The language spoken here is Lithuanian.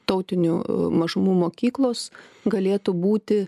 tautinių mažumų mokyklos galėtų būti